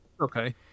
Okay